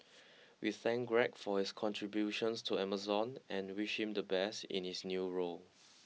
we thank Greg for his contributions to Amazon and wish him the best in his new role